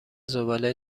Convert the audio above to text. زباله